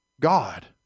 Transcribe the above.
God